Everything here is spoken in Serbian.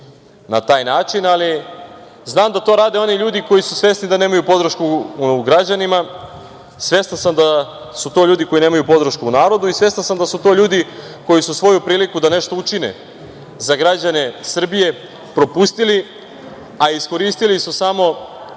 na taj način, ali znam da to rade oni ljudi koji su svesni da nemaju podršku u građanima, svestan sam da su to ljudi koji nemaju podršku u narodu i svestan sam da su to ljudi koji su svoju priliku da nešto učine za građane Srbije propustili, a iskoristili su samo